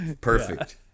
perfect